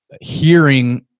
hearing